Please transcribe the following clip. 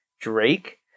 Drake